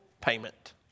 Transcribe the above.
payment